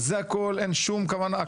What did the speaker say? זה הכול, אין שום כוונה.